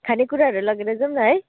खानेकुराहरू लगेर जौँ न है